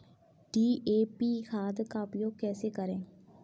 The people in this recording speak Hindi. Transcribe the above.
डी.ए.पी खाद का उपयोग कैसे करें?